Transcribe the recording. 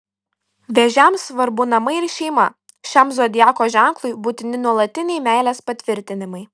vėžiams svarbu namai ir šeima šiam zodiako ženklui būtini nuolatiniai meilės patvirtinimai